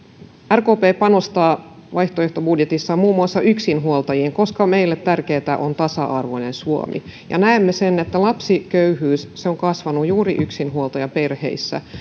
rkp panostaa vaihtoehtobudjetissaan muun muassa yksinhuoltajiin koska meille tärkeätä on tasa arvoinen suomi ja näemme sen että lapsiköyhyys on kasvanut juuri yksinhuoltajaperheissä